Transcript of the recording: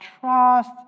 trust